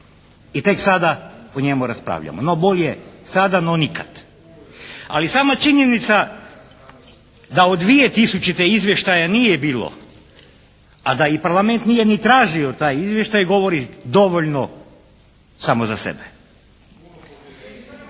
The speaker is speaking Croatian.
i tek sada o njemu raspravljamo. No bolje sada no nikad. Ali sama činjenica da od 2000. izvještaja nije bilo, a da i Parlament nije ni tražio taj izvještaj govori dovoljno samo za sebe.